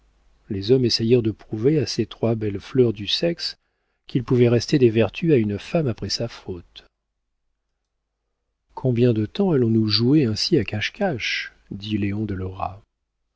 les hommes essayèrent de prouver à ces trois belles fleurs du sexe qu'il pouvait rester des vertus à une femme après sa faute combien de temps allons-nous jouer ainsi à cache-cache dit léon